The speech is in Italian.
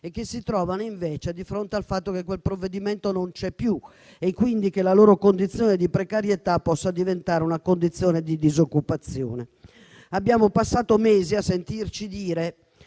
quali si trovano invece di fronte al fatto che quel provvedimento non c'è più e che quindi la loro condizione di precarietà potrebbe diventare una condizione di disoccupazione. Abbiamo passato mesi a sentirci dire